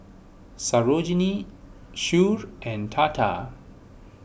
Sarojini Choor and Tata